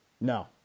No